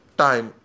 time